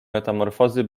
metamorfozy